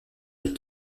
les